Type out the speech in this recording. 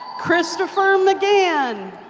christopher mcgann.